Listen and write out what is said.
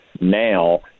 now